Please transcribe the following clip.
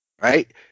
right